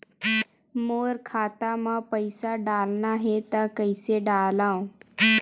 मोर खाता म पईसा डालना हे त कइसे डालव?